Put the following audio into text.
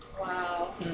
Wow